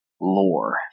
lore